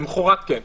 למחרת, כן.